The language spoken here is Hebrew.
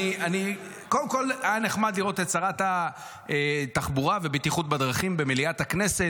קודם כול היה נחמד לראות את שרת התחבורה והבטיחות בדרכים במליאת הכנסת,